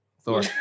Thor